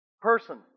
person